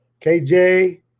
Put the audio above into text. KJ